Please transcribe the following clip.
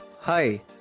Hi